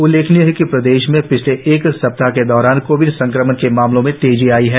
उल्लेखनीय है कि प्रदेश मे पिछले एक सप्ताह के दौरान कोविड संक्रमण के मामलों में तेजी आई है